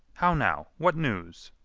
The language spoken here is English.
how now! what news?